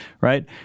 right